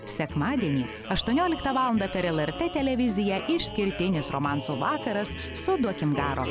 sekmadienį aštuonioliktą valandą per lrt televiziją išskirtinis romansų vakaras su duokim garo